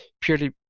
purely